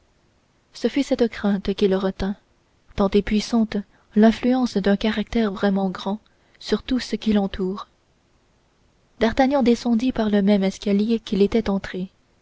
ce fut cette crainte qui le retint tant est puissante l'influence d'un caractère vraiment grand sur tout ce qui l'entoure d'artagnan descendit par le même escalier qu'il était entré